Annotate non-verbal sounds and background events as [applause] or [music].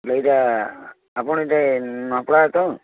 ଏଇଟା ଆପଣ [unintelligible]